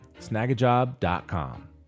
snagajob.com